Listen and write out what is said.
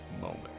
Moment